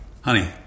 Honey